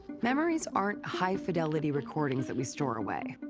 memories aren't high fidelity recordings that we store away.